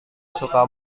suka